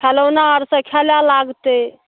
खेलौना आरसँ खेलाय लागतै